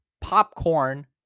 popcorn